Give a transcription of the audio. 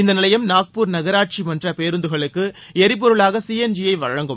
இந்த நிலையம் நாக்பூர் நகராட்சி மன்ற பேருந்துகளுக்கு எரிபொருளாக சிஎன்ஜி யை வழங்கும்